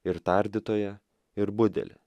ir tardytoją ir budelį